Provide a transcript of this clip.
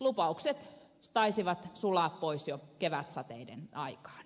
lupaukset taisivat sulaa pois jo kevätsateiden aikaan